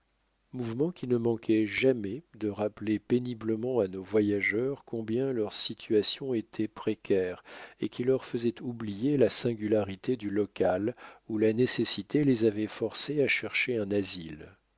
qui ne manquait jamais de rappeler péniblement à nos voyageurs combien leur situation était précaire et qui leur faisait oublier la singularité du local où la nécessité les avait forcés à chercher un asile